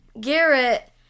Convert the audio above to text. Garrett